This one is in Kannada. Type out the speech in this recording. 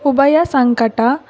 ಉಭಯ ಸಂಕಟ